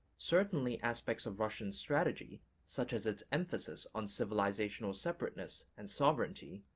certainly aspects of russian strategy, such as its emphasis on civilizational separateness and sovereignty,